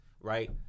right